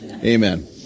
Amen